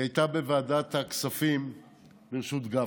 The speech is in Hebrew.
זו הייתה ועדת הכספים בראשות גפני,